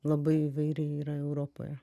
labai įvairiai yra europoje